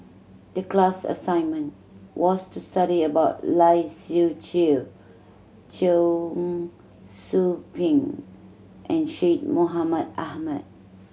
the class assignment was to study about Lai Siu Chiu Cheong Soo Pieng and Syed Mohamed Ahmed